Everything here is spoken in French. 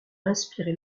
inspiré